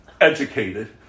educated